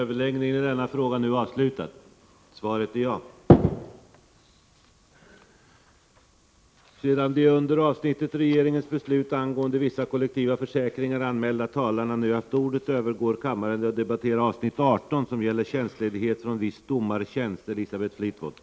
Sedan de under avsnittet Regleringen av visst stöd till underskott i spannmålshandeln anmälda talarna nu haft ordet övergår kammaren till att debattera avsnittet Beredningen av proposition om ändring i den s.k. injektionslagen.